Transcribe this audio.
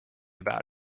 about